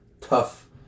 tough